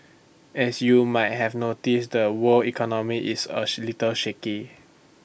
as you might have noticed the world economy is A she little shaky